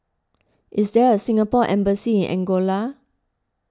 is there a Singapore Embassy in Angola